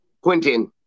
Quentin